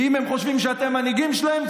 ואם הם חושבים שאתם מנהיגים שלהם,